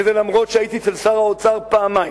וזה אף שהייתי אצל שר האוצר פעמיים,